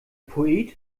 poet